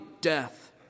death